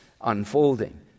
unfolding